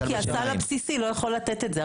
כי הסל הבסיסי לא יכול לתת את זה.